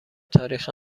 تاریخ